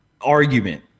argument